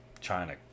China